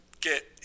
get